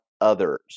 others